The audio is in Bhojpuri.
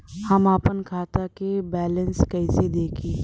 हम आपन खाता क बैलेंस कईसे देखी?